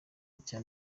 icya